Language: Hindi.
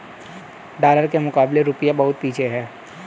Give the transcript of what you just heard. डॉलर के मुकाबले रूपया बहुत पीछे है